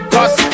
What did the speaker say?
Cause